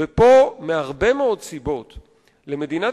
זה נכון לגבי כלכלה,